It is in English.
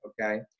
Okay